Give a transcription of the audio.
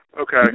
Okay